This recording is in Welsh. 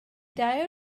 dau